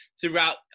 throughout